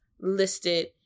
listed